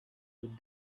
would